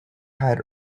had